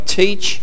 teach